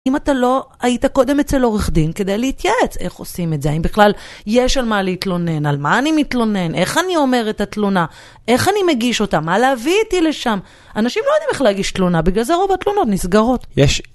אם אתה לא היית קודם אצל עורך דין כדי להתייעץ, איך עושים את זה, אם בכלל יש על מה להתלונן, על מה אני מתלונן, איך אני אומר את התלונה, איך אני מגיש אותה, מה להביא איתי לשם? אנשים לא יודעים איך להגיש תלונה, בגלל זה רוב התלונות נסגרות. יש..